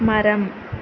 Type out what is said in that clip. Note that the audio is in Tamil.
மரம்